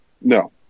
No